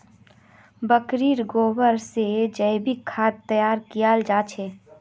बकरीर गोबर से जैविक खाद तैयार कियाल जा छे